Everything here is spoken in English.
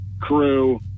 crew